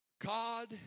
God